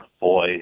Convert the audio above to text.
Boy